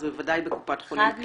אז בוודאי בקופת חולים כללית.